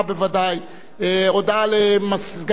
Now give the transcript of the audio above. הודעה לסגן מזכירת הכנסת.